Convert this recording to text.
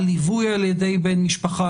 על ליווי על ידי בן משפחה.